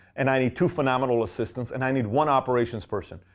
and i need two phenomenal assistants, and i need one operations person.